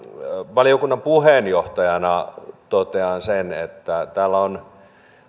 valiokunnan puheenjohtajana totean sen että täällä ovat